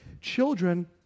Children